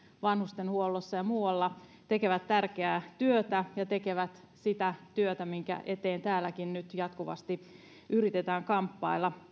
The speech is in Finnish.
vanhustenhuollossa ja muualla tekevät tärkeää työtä ja tekevät sitä työtä minkä eteen täälläkin nyt jatkuvasti yritetään kamppailla